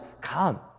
come